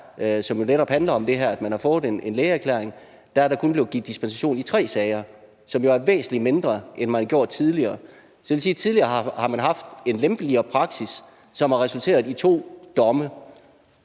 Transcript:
som jo netop handler om det her, nemlig at man har fået en lægeerklæring, er der kun blevet givet dispensation i tre sager. Det er jo væsentlig mindre end tidligere. Tidligere har man haft en lempeligere praksis, som har resulteret i to domme.